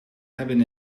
hebben